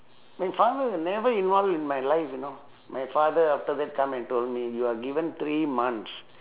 my father never in all in my life you know my father after that come and told me you are given three months